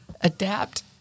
Adapt